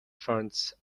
funds